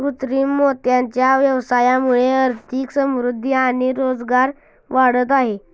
कृत्रिम मोत्यांच्या व्यवसायामुळे आर्थिक समृद्धि आणि रोजगार वाढत आहे